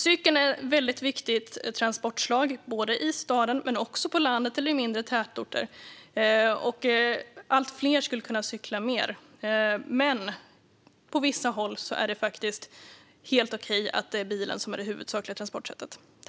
Cykeln är ett väldigt viktigt transportslag både i staden och på landet eller i mindre tätorter. Allt fler skulle kunna cykla mer, men på vissa håll är det faktiskt helt okej att bilen är det huvudsakliga transportsättet.